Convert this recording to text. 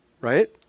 Right